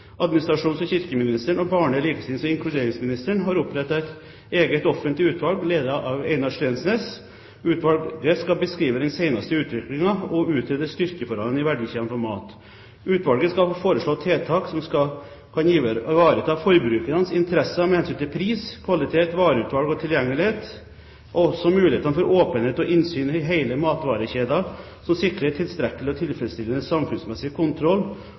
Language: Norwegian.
administrasjons- og kirkeministeren og barne-, likestillings- og inkluderingsministeren har opprettet et eget offentlig utvalg, ledet av Einar Steensnæs. Utvalget skal beskrive den seneste utviklingen og utrede styrkeforholdene i verdikjedene for mat. Utvalget skal foreslå tiltak som kan ivareta forbrukernes interesser med hensyn til pris, kvalitet, vareutvalg og tilgjengelighet mulighetene for åpenhet og innsyn i hele matvarekjeden som sikrer tilstrekkelig og tilfredsstillende samfunnsmessig kontroll